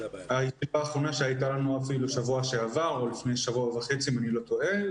בישיבה האחרונה שהייתה לנו לפני שבוע וחצי אם אני לא טועה,